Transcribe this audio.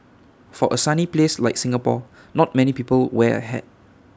for A sunny place like Singapore not many people wear A hat